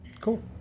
Cool